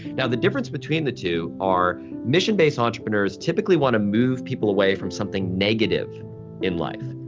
now, the difference between the two, are mission-based entrepreneurs typically wanna move people away from something negative in life,